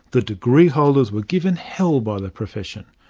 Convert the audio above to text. the degree holders were given hell by the profession.